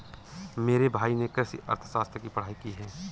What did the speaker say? मेरे भाई ने कृषि अर्थशास्त्र की पढ़ाई की है